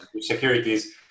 securities